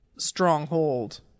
stronghold